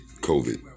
COVID